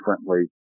differently